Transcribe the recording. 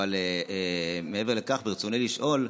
אבל מעבר לכך, ברצוני לשאול: